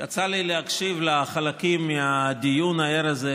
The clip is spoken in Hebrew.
להקשיב לחלקים מהדיון הער הזה,